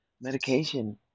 medication